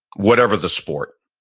whatever the sport,